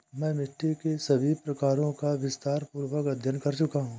मैं मिट्टी के सभी प्रकारों का विस्तारपूर्वक अध्ययन कर चुका हूं